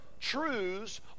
truths